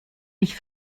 ich